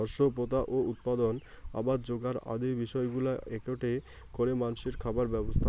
শস্য পোতা ও উৎপাদন, আবাদ যোগার আদি বিষয়গুলা এ্যাকেটে করে মানষির খাবার ব্যবস্থাক